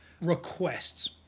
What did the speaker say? requests